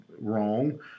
wrong